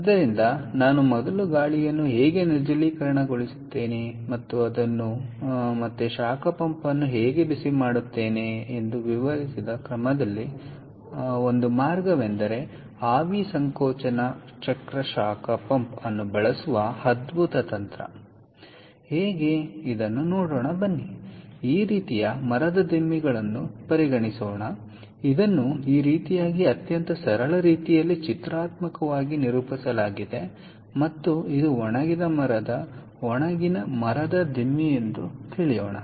ಆದ್ದರಿಂದ ನಾನು ಮೊದಲು ಗಾಳಿಯನ್ನು ಹೇಗೆ ನಿರ್ಜಲೀಕರಣಗೊಳಿಸುತ್ತೇನೆ ಮತ್ತು ಅದನ್ನು ಮತ್ತೆ ಶಾಖ ಪಂಪ್ ಅನ್ನು ಹೇಗೆ ಬಿಸಿಮಾಡುತ್ತೇನೆ ಎಂದು ವಿವರಿಸಿದ ಕ್ರಮದಲ್ಲಿ ಒಂದು ಮಾರ್ಗವೆಂದರೆ ಆವಿ ಸಂಕೋಚನ ಚಕ್ರ ಶಾಖ ಪಂಪ್ ಅನ್ನು ಬಳಸುವ ಅದ್ಭುತ ತಂತ್ರ ಹೇಗೆ ಇದನ್ನು ನೋಡೋಣ ಈ ರೀತಿಯ ಮರದ ದಿಮ್ಮಿಗಳನ್ನು ಪರಿಗಣಿಸೋಣ ಇದನ್ನು ಈ ರೀತಿಯಾಗಿ ಅತ್ಯಂತ ಸರಳ ರೀತಿಯಲ್ಲಿ ಚಿತ್ರಾತ್ಮಕವಾಗಿ ನಿರೂಪಿಸಲಾಗಿದೆ ಮತ್ತು ಇದು ಒಣಗಿದ ಮರದ ಒಣಗಿದ ಮರದ ದಿಮ್ಮಿ ಎಂದು ಹೇಳೋಣ